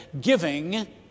giving